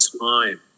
time